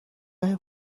راه